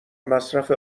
مصرف